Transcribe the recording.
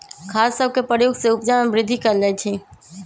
खाद सभके प्रयोग से उपजा में वृद्धि कएल जाइ छइ